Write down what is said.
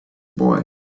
boy